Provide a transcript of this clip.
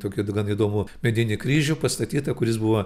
tokių dgan įdomų medinį kryžių pastatytą kuris buvo